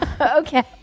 Okay